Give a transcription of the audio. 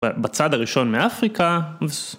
בצד הראשון מאפריקה.